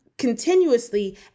continuously